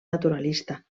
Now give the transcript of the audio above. naturalista